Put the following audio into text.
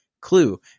clue